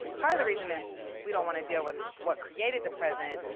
part of the reason is we don't want to deal with what created the present,